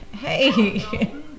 Hey